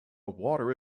water